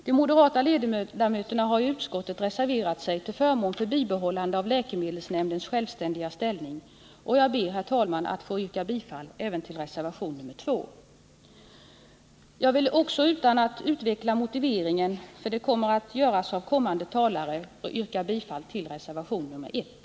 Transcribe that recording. De moderata ledamöterna har i utskottet reserverat sig till förmån för ett bibehållande av läkemedelsnämndens självständiga ställning, och jag ber, herr talman, att få yrka bifall även till reservation 3. Jag vill också utan att utveckla motiveringen härför — det kommer andra talare att göra — yrka bifall till reservation 1.